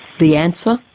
the answer?